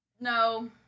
No